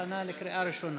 להכנה לקריאה ראשונה.